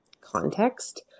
context